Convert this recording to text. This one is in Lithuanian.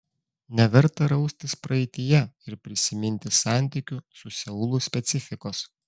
neverta raustis praeityje ir prisiminti santykių su seulu specifikos